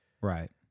Right